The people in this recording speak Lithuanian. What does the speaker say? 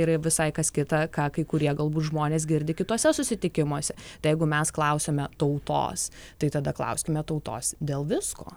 ir visai kas kita ką kai kurie galbūt žmonės girdi kituose susitikimuose tai jeigu mes klausiame tautos tai tada klauskime tautos dėl visko